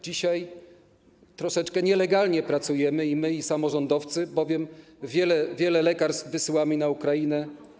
Dzisiaj troszeczkę nielegalnie pracujemy, i my, i samorządowcy, bo wiele lekarstw wysyłamy na Ukrainę.